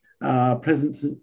presence